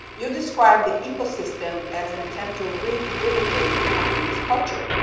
you describe the ecosystem as an attempt to rehabilitate the company's culture.